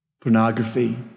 pornography